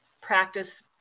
practice